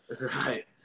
Right